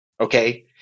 okay